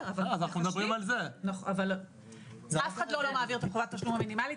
אין מי שלא מעביר את חובת התשלום המינימלית